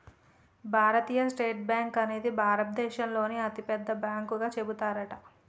భారతీయ state bank అనేది భారత దేశంలోనే అతి పెద్ద బ్యాంకు గా చెబుతారట